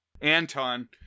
Anton